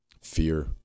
fear